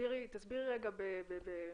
תסבירי רגע את זה.